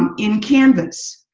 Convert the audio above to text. um in canvas,